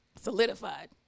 solidified